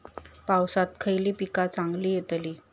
पावसात खयली पीका चांगली येतली?